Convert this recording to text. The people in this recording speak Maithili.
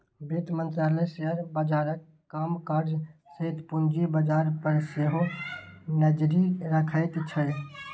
वित्त मंत्रालय शेयर बाजारक कामकाज सहित पूंजी बाजार पर सेहो नजरि रखैत छै